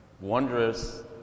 wondrous